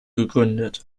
gegründet